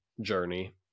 journey